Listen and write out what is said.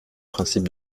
principe